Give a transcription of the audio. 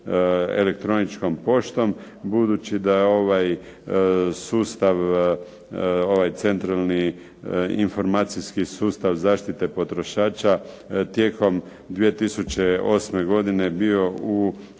elektroničkom poštom, budući da ovaj sustav, ovaj centralni informacijski sustav zaštite potrošača tijekom 2008. godine bio u